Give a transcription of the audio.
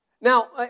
Now